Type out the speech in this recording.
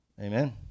Amen